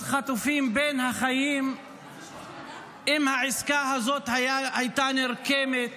חטופים בין החיים אם העסקה הזאת הייתה נרקמת